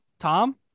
Tom